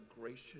gracious